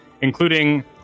including